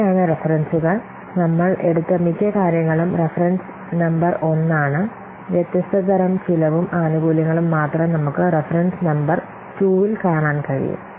ഇവയാണ് റഫറൻസുകൾ നമ്മൾ എടുത്ത മിക്ക കാര്യങ്ങളും റഫറൻസ് നമ്പർ 1 ആണ് വ്യത്യസ്ത തരം ചെലവും ആനുകൂല്യങ്ങളും മാത്രം നമുക്ക് റഫറൻസ് നമ്പർ 2 ൽ കാണാൻ കഴിയും